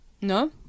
No